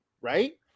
right